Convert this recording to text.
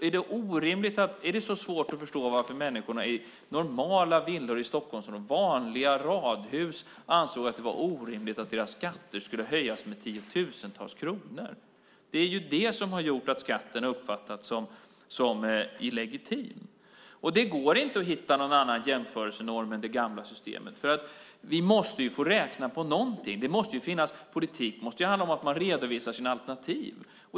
Är det så svårt att förstå att människor i normala villor i Stockholmsområdet, vanliga radhus, ansåg att det var orimligt att deras skatter skulle höjas med tiotusentals kronor? Det är vad som har gjort att skatten har uppfattats som illegitim. Det går inte att hitta någon annan jämförelsenorm än det gamla systemet. Vi måste få räkna på någonting. Politik måste ju handla om att man redovisar sina alternativ.